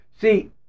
See